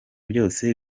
byose